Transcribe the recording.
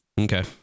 Okay